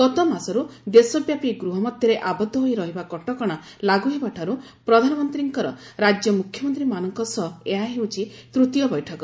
ଗତମାସରୁ ଦେଶବ୍ୟାପୀ ଗୃହମଧ୍ୟରେ ଆବଦ୍ଧ ହୋଇ ରହିବା କଟକଣା ଲାଗୁ ହେବା ଠାରୁ ପ୍ରଧାନମନ୍ତ୍ରୀଙ୍କର ରାଜ୍ୟ ମ୍ରଖ୍ୟମନ୍ତ୍ରୀମାନଙ୍କ ସହ ଏହା ହେଉଛି ତୂତୀୟ ବୈଠକ